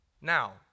Now